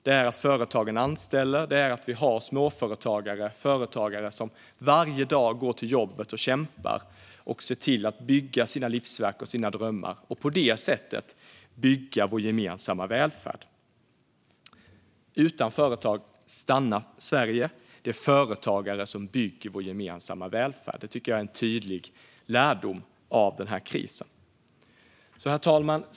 Det är att företagen anställer och att småföretagare och företagare varje dag går till jobbet och kämpar och bygger sina livsverk och drömmar. På det sättet bygger de vår gemensamma välfärd. Utan företag stannar Sverige. Det är företagare som bygger vår gemensamma välfärd. Det tycker jag är en tydlig lärdom av krisen. Herr talman!